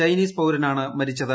Chinese പൌരനാണ് മരിച്ചത്